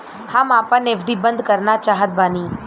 हम आपन एफ.डी बंद करना चाहत बानी